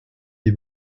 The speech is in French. des